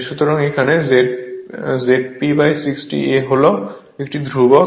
সুতরাং এখানে ZP 60 A হল একটি ধ্রুবক